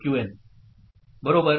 Qn D